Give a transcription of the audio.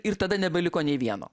ir tada nebeliko nei vieno